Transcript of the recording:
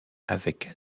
avec